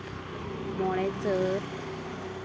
ᱢᱚᱬᱮ ᱪᱟᱹᱛ